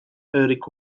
eric